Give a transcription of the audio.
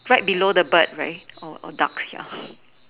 right below the bird right or duck